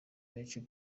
benshi